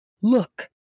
Look